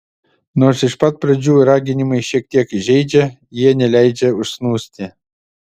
nors iš pat pradžių raginimai šiek tiek žeidžia jie neleidžia užsnūsti